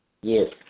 Yes